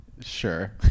Sure